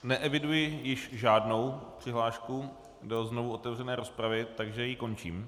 Neeviduji již žádnou přihlášku do znovuotevřené rozpravy, takže ji končím.